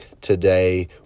today